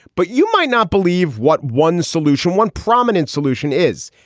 but you might not believe what one solution, one prominent solution is.